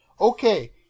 Okay